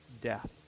death